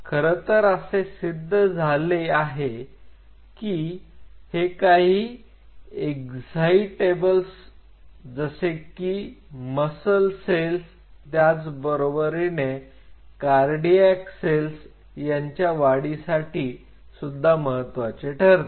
खरंतर असे सिद्ध झाले की हे काही एक्साईटेबल्स जसे की मसल सेल्स त्याचबरोबरीने कार्डिऍक सेल्स यांच्या वाढीसाठी सुद्धा महत्त्वाचे ठरते